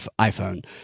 iPhone